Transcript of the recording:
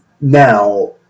Now